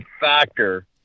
factor